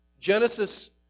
Genesis